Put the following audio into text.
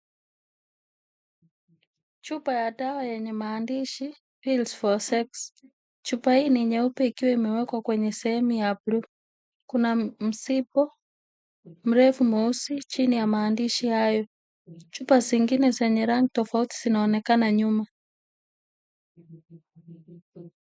Chupa ya dawa yenye maandishi pills for sex . Chupa hii ni nyeupe ikiwa imewekwa kwenye sehemu ya blue . Kuna mzigo mrefu mweusi chini ya maandishi hayo. Chupa zingine zenye rangi tofauti zinaonekana nyuma.